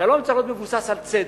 ושלום צריך להיות מבוסס על צדק,